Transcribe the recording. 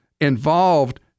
involved